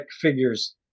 figures